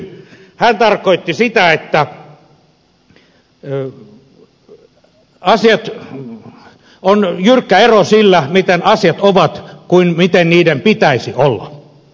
hän tarkoitti sitä että on jyrkkä ero sillä miten asiat ovat ja sillä miten niiden pitäisi olla